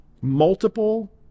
multiple